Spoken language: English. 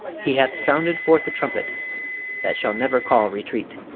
he hath sounded forth a trumpet that shall never call retreat,